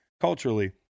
culturally